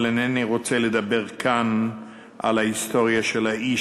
אבל אינני רוצה לדבר כאן על ההיסטוריה של האיש